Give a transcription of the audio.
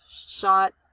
shot